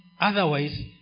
Otherwise